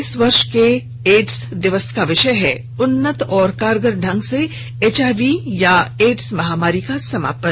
इस वर्ष के एड्स दिवस का विषय है उन्नत और कारगर ढंग से एचआईवी या एड्स महामारी का समापन